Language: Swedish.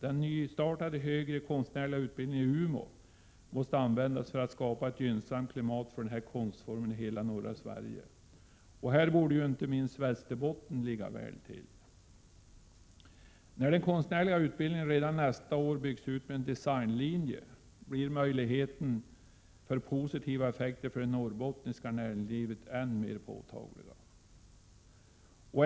Den nystartade högre konstnärliga utbildningen i Umeå måste användas för att skapa ett gynnsamt klimat för den här konstformen i hela norra Sverige, och här borde inte minst Norrbotten ligga väl till. När den konstnärliga utbildningen redan nästa år byggs ut med en designlinje, blir möjligheten till positiva effekter för det norrbottniska näringslivet än mer påtagliga.